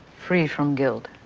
free from guilt.